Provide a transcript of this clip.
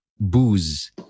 booze